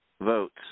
votes